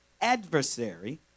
adversary